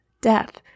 death